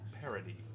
parody